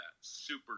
Super